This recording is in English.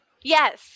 Yes